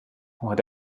what